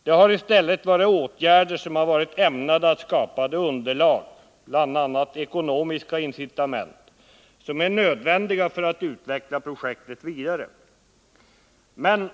Det har i stället varit åtgärder som varit ägnade att skapa det underlag — bl.a. ekonomiska incitament — som är nödvändigt för att utveckla projektet vidare.